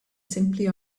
simply